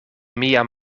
mia